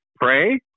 pray